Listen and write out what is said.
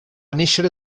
néixer